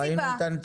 ראינו את הנתונים.